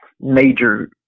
major